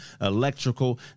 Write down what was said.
electrical